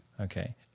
Okay